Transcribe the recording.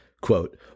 Quote